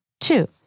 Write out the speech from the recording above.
Two